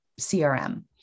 CRM